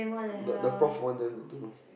the the prof want them to do